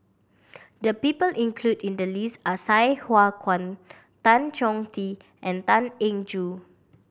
the people include in the list are Sai Hua Kuan Tan Chong Tee and Tan Eng Joo